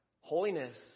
Holiness